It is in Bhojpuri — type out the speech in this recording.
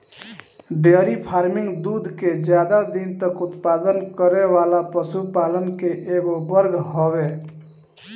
डेयरी फार्मिंग दूध के ज्यादा दिन तक उत्पादन करे वाला पशुपालन के एगो वर्ग हवे